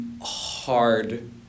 hard